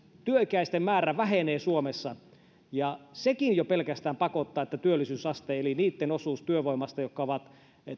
työikäisten määrä vähenee suomessa sekin jo pelkästään pakottaa että työllisyysaste eli niitten osuus työvoimasta jotka ovat